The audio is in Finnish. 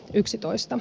yksitoista